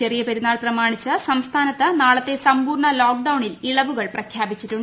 ചെറ്റീയ് പെരുന്നാൾ പ്രമാണിച്ച് സംസ്ഥാനത്ത് നാളത്തെ സമ്പൂർണ ലോക്ഡൌണിൽ ഇളവ് പ്രഖ്യാപിച്ചിട്ടുണ്ട്